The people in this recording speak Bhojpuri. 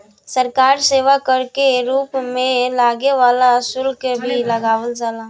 सरकार सेवा कर के रूप में लागे वाला शुल्क भी लगावल जाला